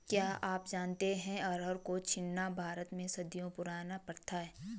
क्या आप जानते है अरहर को छीलना भारत में सदियों पुरानी प्रथा है?